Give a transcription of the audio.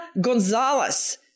Gonzalez